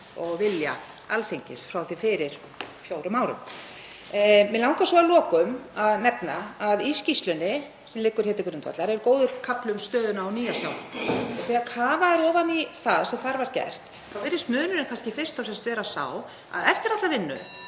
og vilja Alþingis frá því fyrir fjórum árum. Mig langar að lokum að nefna að í skýrslunni, sem liggur hér til grundvallar, er góður kafli um stöðuna á Nýja-Sjálandi. Þegar kafað er ofan í það sem þar var gert þá virðist munurinn kannski fyrst og fremst vera sá að eftir alla þá vinnu